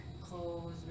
clothes